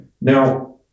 Now